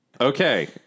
Okay